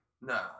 No